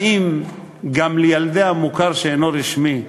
האם גם ילדי המוכר שאינו רשמי,